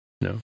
No